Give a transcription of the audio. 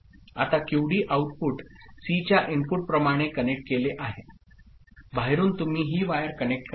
आता QD output सी च्या इनपुट प्रमाणे कनेक्ट केले आहे बाहेरून तुम्ही ही वायर कनेक्ट करा